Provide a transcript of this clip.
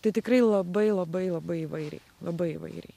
tai tikrai labai labai labai įvairiai labai įvairiai